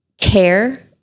care